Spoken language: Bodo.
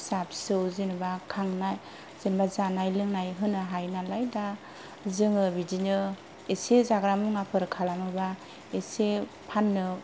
फिसा फिसौ जेनेबा जानाय लोंनाय होनो हायो नालाय दा जोङो बिदिनो एसे जाग्रा मुवाफोर खालामोब्ला एसे फाननो